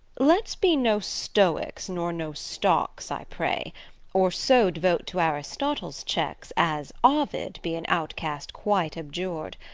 let's be no stoics nor no stocks, i pray or so devote to aristotle's checks as ovid be an outcast quite abjur'd.